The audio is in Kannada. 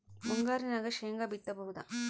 ಮುಂಗಾರಿನಾಗ ಶೇಂಗಾ ಬಿತ್ತಬಹುದಾ?